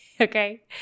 Okay